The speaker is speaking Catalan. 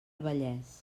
vallès